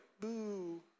boo